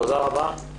תודה רבה.